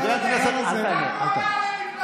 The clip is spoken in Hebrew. מה זה "לא אחראי" למה הוא לא מתנצל?